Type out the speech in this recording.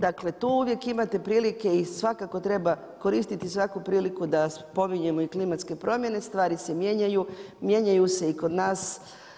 Dakle, tu uvijek imate prilike i svakako treba koristiti svaku priliku da spominjemo i klimatske promjene, stvari se mijenjaju, mijenjaju se i kod nas.